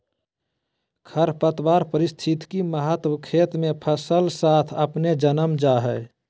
खरपतवार पारिस्थितिक महत्व खेत मे फसल साथ अपने जन्म जा हइ